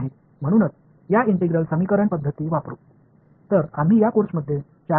எனவே அதனால்தான் இந்த இன்டெக்ரல் சமன்பாடு முறைகளைப் பயன்படுத்துவீர்கள்